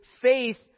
faith